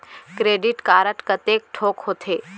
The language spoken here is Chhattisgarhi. क्रेडिट कारड कतेक ठोक होथे?